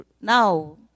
Now